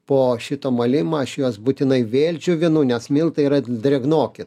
po šito malimo aš juos būtinai vėl džiovinu nes miltai yra drėgnoki